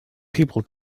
people